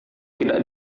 tidak